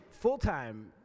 full-time